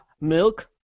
Milk